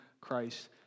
Christ